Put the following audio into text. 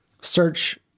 search